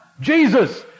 Jesus